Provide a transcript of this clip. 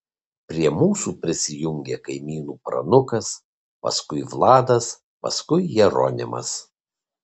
prie mūsų prisijungė kaimynų pranukas paskui vladas paskui jeronimas